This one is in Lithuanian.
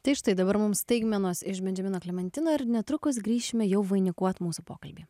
tai štai dabar mums staigmenos iš bendžiamino klementino ir netrukus grįšime jau vainikuot mūsų pokalbį